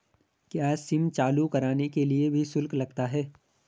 क्या सिम चालू कराने के लिए भी शुल्क लगता है?